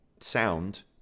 Sound